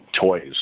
toys